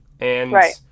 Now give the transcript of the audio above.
Right